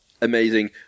amazing